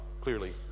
clearly